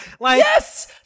yes